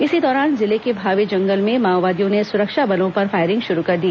इसी दौरान जिले के भावे जंगल में माओवादियों ने सुरक्षा बलों पर फायरिंग शुरू कर दी